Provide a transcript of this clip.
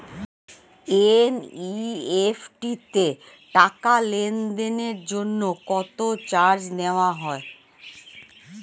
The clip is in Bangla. এন.ই.এফ.টি তে টাকা লেনদেনের জন্য কত চার্জ নেয়া হয়?